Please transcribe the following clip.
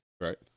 Right